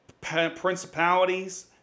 principalities